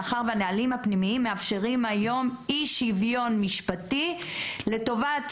מאחר שהם מאפשרים היום אי-שוויון משפטי לטובת